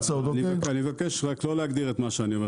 אני מבקש רק לא להגדיר את מה שאני אומר